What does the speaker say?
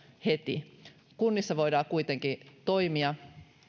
heti niin kunnissa voidaan kuitenkin toimia